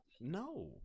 No